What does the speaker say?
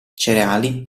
cereali